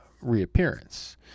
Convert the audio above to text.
reappearance